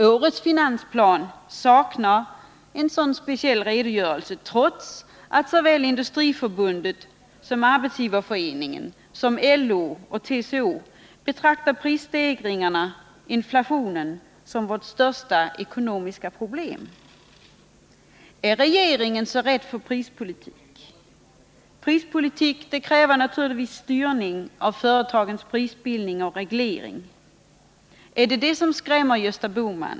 Årets finansplan saknar en sådan speciell redogörelse, trots att såväl Industriförbundet som SAF, LO och TCO betraktar prisstegringarna — inflationen — som vårt största ekonomiska problem. Är regeringen så rädd för prispolitik? Prispolitik kräver naturligtvis styrning av företagens prisbildning samt reglering. Är det detta som skrämmer Gösta Bohman?